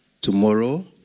tomorrow